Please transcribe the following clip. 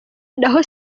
naho